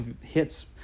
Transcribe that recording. hits